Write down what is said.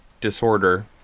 disorder